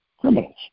Criminals